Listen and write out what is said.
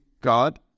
God